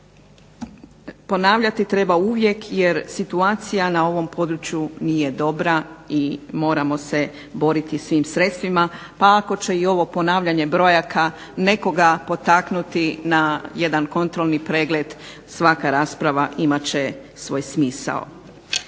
ponavljati treba uvijek, jer situacija na ovom području nije dobra i moramo se boriti svim sredstvima, pa ako će i ovo ponavljanje brojaka nekoga potaknuti na jedan kontrolni pregled, svaka rasprava imat će svoj smisao.